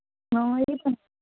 ਹਾਂ ਇਹ ਤਾਂ